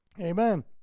Amen